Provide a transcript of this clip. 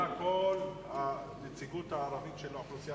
באה כל הנציגות הערבית של האוכלוסייה